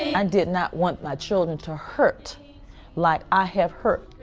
i did not want my children to hurt like i have hurt.